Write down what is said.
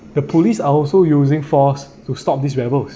the police are also using force to stop this rebels